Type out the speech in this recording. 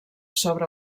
sobre